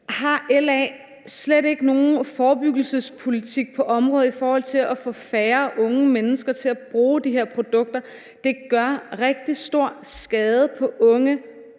Har LA slet ikke nogen forebyggelsespolitik på området i forhold til at få færre unge mennesker til at bruge de her produkter? Det gør rigtig stor skade på unge